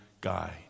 guide